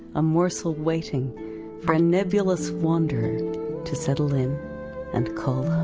a morsel waiting for a nebulous wanderer to settle in and call